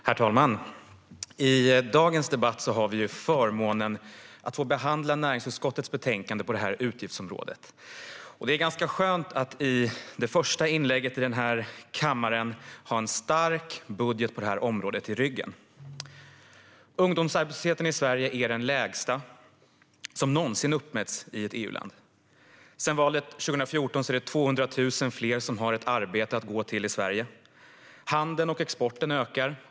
Herr talman! I dagens debatt har vi förmånen att få behandla näringsutskottets betänkande på detta utgiftsområde. Det är ganska skönt att i det första inlägget i denna kammare ha en stark budget på området i ryggen. Ungdomsarbetslösheten i Sverige är den lägsta som någonsin uppmätts i ett EU-land. Sedan valet 2014 är det 200 000 fler som har ett arbete att gå till i Sverige. Handeln och exporten ökar.